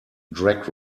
drag